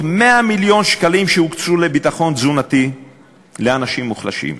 100 מיליון שקלים שהוקצו לביטחון תזונתי לאנשים מוחלשים.